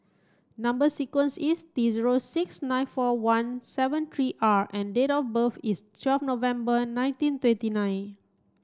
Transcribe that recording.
number sequence is T zero six nine four one seven three R and date of birth is twelve November nineteen twenty nine